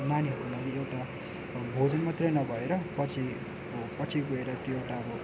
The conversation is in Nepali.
नानीहरूको लागि एउटा भोजन मात्रै नभएर पछि गएपछि गएर त्यो एउटा अब